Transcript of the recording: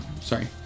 Sorry